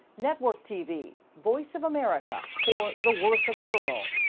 network tv voice of america for the worth of a girl.